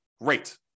great